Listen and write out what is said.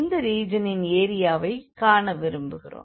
இந்த ரீஜனின் எரியாவைக் காண விரும்புகிறோம்